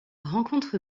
rencontre